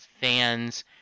fans